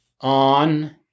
on